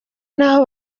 n’aho